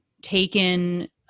taken